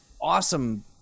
awesome